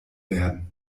werden